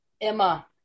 Emma